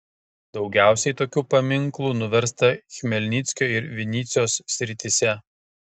daugiausiai tokių paminklų nuversta chmelnyckio ir vinycios srityse